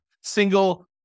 single